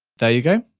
there you go.